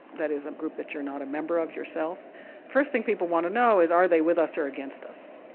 that is a group that you're not a member of yourself, the first thing people want to know is are they with us or against us?